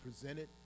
presented